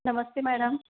नमस्ते मैडम